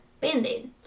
band-aid